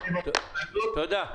תודה.